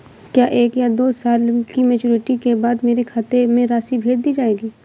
क्या एक या दो साल की मैच्योरिटी के बाद मेरे खाते में राशि भेज दी जाएगी?